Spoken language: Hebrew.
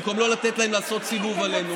במקום לתת להם לעשות סיבוב עלינו,